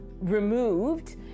removed